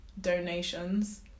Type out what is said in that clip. donations